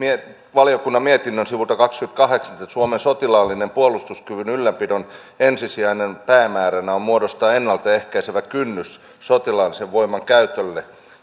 valiokunnan mietinnön sivulta kaksikymmentäkahdeksan suomen sotilaallisen puolustuskyvyn ylläpidon ensisijaisena päämääränä on muodostaa ennaltaehkäisevä kynnys sotilaallisen voiman käytölle